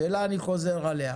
אני חוזר על השאלה.